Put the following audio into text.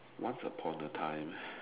once upon a time